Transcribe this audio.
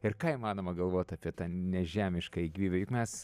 ir ką įmanoma galvot apie tą nežemiškąją gyvybę juk mes